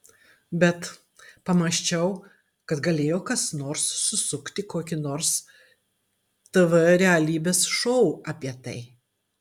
bet pamąsčiau kad galėjo kas nors susukti kokį nors tv realybės šou apie tai